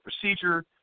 procedure